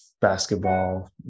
basketball